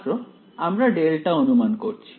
ছাত্র আমরা ডেল্টা অনুমান করছি